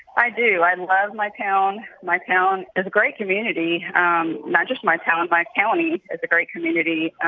i do. i love my town. my town is a great community um not just my town, my county is a great community.